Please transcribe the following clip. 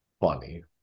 funny